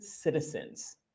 citizens